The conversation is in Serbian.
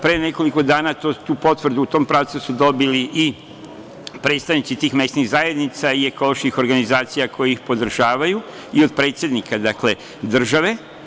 Pre nekoliko dana tu potvrdu u tom pravcu su dobili i predstavnici tih mesnih zajednica i ekoloških organizacija koje ih podržavaju i od predsednika države.